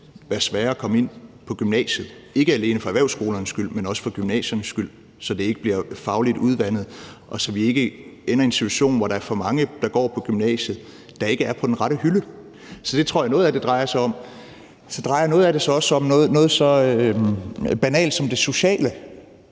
være sværere at komme ind på gymnasiet, ikke alene for erhvervsskolernes skyld, men også for gymnasiernes skyld, så det ikke bliver fagligt udvandet, og så vi ikke ender i en situation, hvor der er for mange, der går på gymnasiet, og som ikke er på den rette hylde. Så det tror jeg noget af det drejer sig om. Så drejer noget af det sig også om noget så banalt som det sociale.